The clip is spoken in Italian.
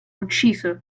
ucciso